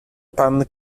pan